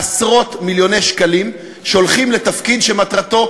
עשרות מיליוני שקלים שהולכים לתפקיד שמטרתו,